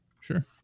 Sure